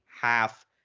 half